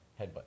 headbutt